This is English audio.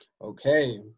Okay